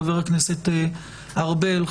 חבר הכנסת ארבל,